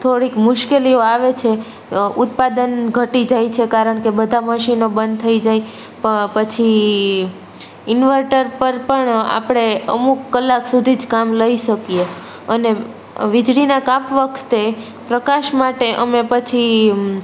થોડીક મુશ્કેલીઓ આવે છે ઉત્પાદન ઘટી જાય છે કારણ કે બધાં મશીનો બંધ થઈ જાય પ પછી ઈન્વર્ટર પર પણ આપણે અમુક કલાક સુધી જ કામ લઈ શકીએ અને વિજળીના કાપ વખતે પ્રકાશ માટે અમે પછી